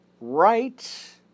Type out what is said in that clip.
right